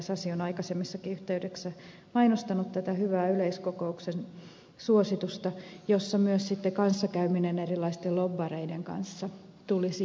sasi on aikaisemmissakin yhteyksissä mainostanut tätä hyvää yleiskokouksen suositusta jonka mukaan myös kanssakäyminen erilaisten lobbareiden kanssa tulisi julkiseksi